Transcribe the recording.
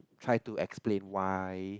try to explain why